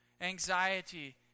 anxiety